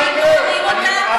אנחנו בוחרים, מה יהיה?